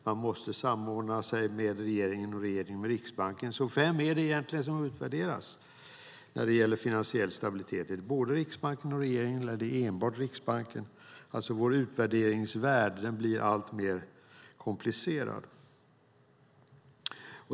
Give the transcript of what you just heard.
Man måste samordna sig med regeringen och regeringen med Riksbanken. Vem är det egentligen som utvärderas när det gäller finansiell stabilitet? Är det både Riksbanken och regeringen eller enbart Riksbanken? Vår utvärderingsvärld blir alltmer komplicerad.